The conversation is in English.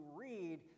read